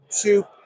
two